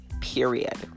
period